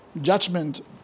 judgment